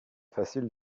facile